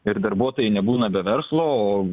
ir darbuotojai nebūna be verslo o